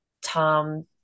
Tom